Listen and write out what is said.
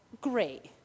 great